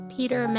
Peter